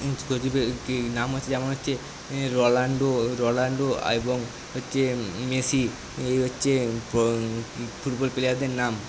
নাম হচ্ছে যেমন হচ্ছে রোনাল্ডো রোনাল্ডো এবং হচ্ছে মেসি এই হচ্ছে ফুটবল প্লেয়ারদের নাম